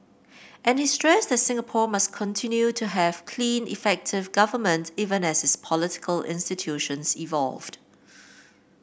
and he stressed that Singapore must continue to have clean effective government even as its political institutions evolve